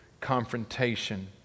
confrontation